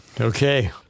okay